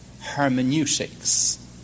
hermeneutics